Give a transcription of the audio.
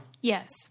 Yes